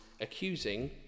accusing